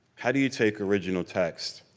how do you take original text